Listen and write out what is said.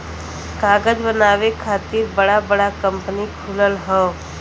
कागज बनावे खातिर बड़ा बड़ा कंपनी खुलल हौ